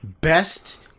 best